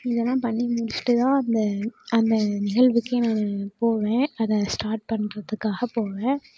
இதெல்லாம் பண்ணி முடிச்சுட்டு தான் அந்த அந்த நிகழ்வுக்கே நான் போவேன் அதை ஸ்டார்ட் பண்ணுறதுக்காக போவேன்